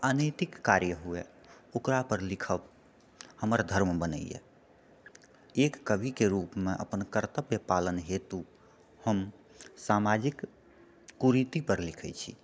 अनैतिक कार्य हुए ओकरापर लिखब हमर धर्म बनैए एक कविके रूपमे अपन कर्तव्यपालन हेतु हम सामाजिक कुरीति पर लिखए छी